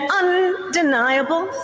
undeniable